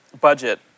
Budget